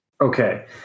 Okay